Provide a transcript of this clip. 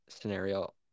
scenario